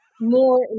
more